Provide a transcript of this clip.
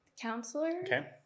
counselor